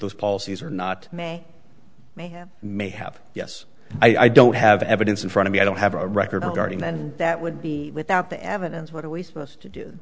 those policies or not may may have yes i don't have evidence in front of me i don't have a record of guarding and that would be without the evidence what are we supposed to